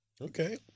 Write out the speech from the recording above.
Okay